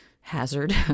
hazard